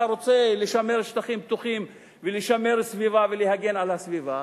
אתה רוצה לשמר שטחים פתוחים ולשמר סביבה ולהגן על הסביבה,